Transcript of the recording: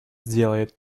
сделает